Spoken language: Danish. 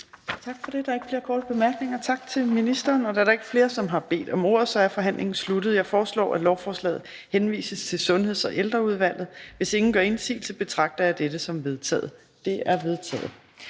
Tak for det. Der er ikke flere korte bemærkninger. Tak til ministeren. Da der ikke er flere, der har bedt om ordet, er forhandlingen sluttet. Jeg foreslår, at lovforslaget henvises til Sundheds- og Ældreudvalget. Hvis ingen gør indsigelse, betragter jeg dette som vedtaget. Det er vedtaget.